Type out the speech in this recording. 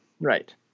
right